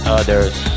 others